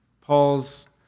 Paul's